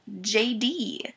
JD